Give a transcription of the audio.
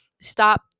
stop